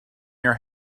your